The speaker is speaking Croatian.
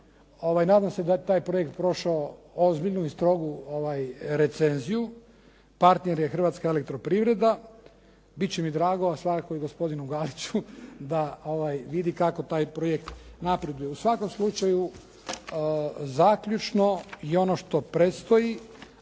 Nadam se da je taj projekt prošao ozbiljnu i strogu recenziju. Partner je "Hrvatske elektroprivreda". Bit će mi drago, a svakako i gospodinu Galiću da vidi kako taj projekt napreduje. U svakom slučaju, zaključno i ono što predstoji,